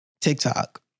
TikTok